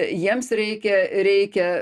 jiems reikia reikia